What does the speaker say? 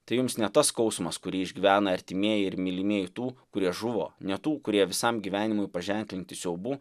tai jums ne tas skausmas kurį išgyvena artimieji ir mylimieji tų kurie žuvo ne tų kurie visam gyvenimui paženklinti siaubų